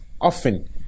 often